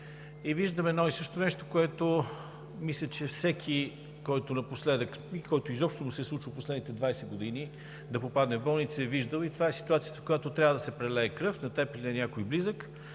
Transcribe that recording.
и виждам едно и също нещо, което мисля, че всеки, на който изобщо му се е случвало в последните 20 години да попадне в болница, е виждал. И това е ситуацията, в която трябва да се прелее кръв на теб или на някой близък,